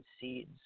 seeds